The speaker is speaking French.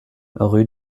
rue